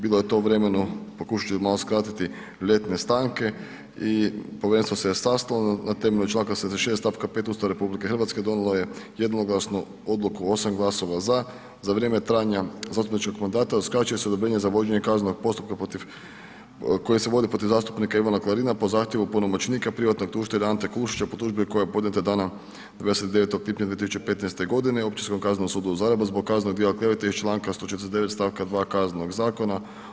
Bilo je to u vremenu, pokušat ću malo skratiti, ljetne stanke i povjerenstvo se je sastalo na temelju Članka 46. stavka 5. Ustava RH donijelo je jednoglasno odluku 8 glasova za, za vrijeme trajanja zastupničkog mandata uskraćuje se odobrenje za vođenje kaznenog postupka protiv, koji se vodi protiv zastupnika Ivana Klarina po zahtjevu punomoćnika privatnog tužitelja Ante Kulušića po tužbi koja je podnijeta dana 29. lipnja 2015. godine Općinskom kaznenom sudu u Zagrebu zbog kaznenog djela klevete iz Članka 149. stavka 2. Kaznenog zakona.